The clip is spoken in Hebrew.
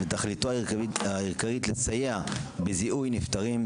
תכליתו ההרכבית לסייע בזיהוי נפטרים,